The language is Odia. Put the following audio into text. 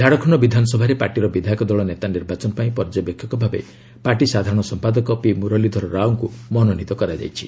ଝାଡ଼ଖଣ୍ଡ ବିଧାନସଭାରେ ପାର୍ଟିର ବିଧାୟକ ଦଳ ନେତା ନିର୍ବାଚନ ପାଇଁ ପର୍ଯ୍ୟବେକ୍ଷକ ଭାବେ ପାର୍ଟି ସାଧାରଣ ସମ୍ପାଦକ ପି ମରଲୀଧର ରାଓଙ୍କୁ ମନୋନୀତ କରାଯାଇଛି